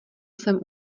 sem